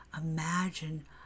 Imagine